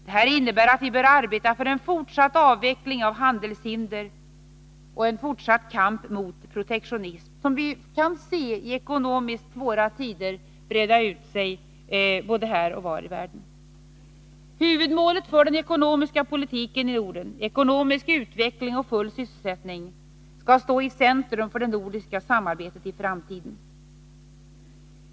Detta innebär att vi bör arbeta för en fortsatt avveckling av handelshinder och en fortsatt kamp mot protektionism, som i ekonomiskt svåra tider kan breda ut sig både här och var i världen. utveckling och full sysselsättning — skall stå i centrum för det nordiska samarbetet i framtiden.